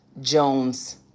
Jones